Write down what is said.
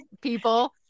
people